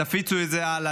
תפיצו את זה הלאה,